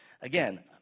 again